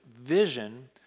vision